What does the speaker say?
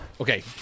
Okay